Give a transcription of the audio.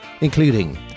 including